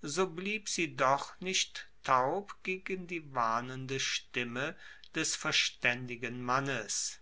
so blieb sie doch nicht taub gegen die warnende stimme des verstaendigen mannes